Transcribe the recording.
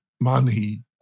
money